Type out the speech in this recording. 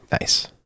Nice